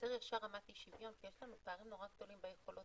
ייצר רמת אי שוויון כי יש לנו פערים נורא גדולים ביכולות